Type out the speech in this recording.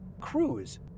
cruise